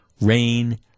rain